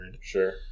Sure